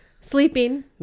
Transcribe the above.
sleeping